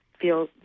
feel